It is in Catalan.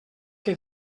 que